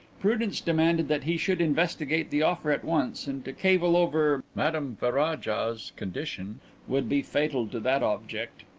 prudence demanded that he should investigate the offer at once and to cavil over madame ferraja's conditions would be fatal to that object.